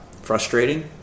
frustrating